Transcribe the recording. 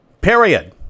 Period